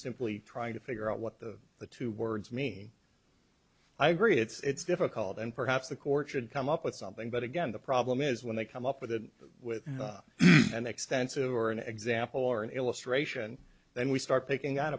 simply trying to figure out what the the two words mean i agree it's difficult and perhaps the court should come up with something but again the problem is when they come up with a with an extensive or an example or an illustration then we start picking o